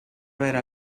avere